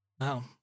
Wow